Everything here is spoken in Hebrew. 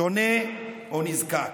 שונה או נזקק.